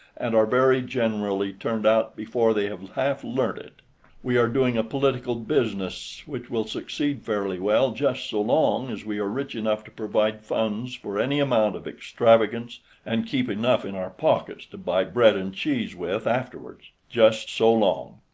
and are very generally turned out before they have half learnt it we are doing a political business which will succeed fairly well just so long as we are rich enough to provide funds for any amount of extravagance and keep enough in our pockets to buy bread and cheese with afterwards. just so long.